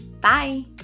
Bye